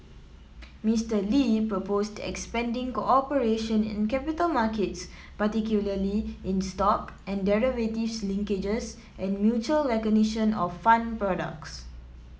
Mister Lee proposed expanding cooperation in capital markets particularly in stock and derivatives linkages and mutual recognition of fund products